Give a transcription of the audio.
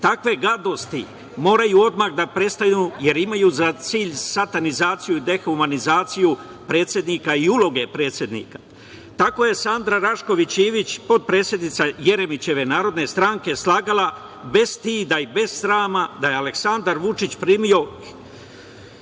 Takve gadosti moraju odmah da prestanu, jer imaju za cilj satanizaciju, dehumanizaciju, predsednika i uloge predsednika. Tako je Sanda Rašković Ivić, potpredsednica Jeremićeve Narodne stranke slagala, bez stida i bez srama, da je Aleksandar Vučić primio